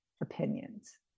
opinions